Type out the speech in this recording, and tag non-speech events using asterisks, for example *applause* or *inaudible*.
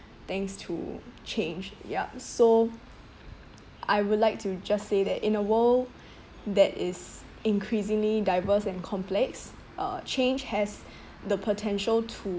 thanks to change ya so I would like to just say that in a world that is increasingly diverse and complex uh change has *breath* the potential to